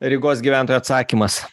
rygos gyventojo atsakymas